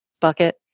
bucket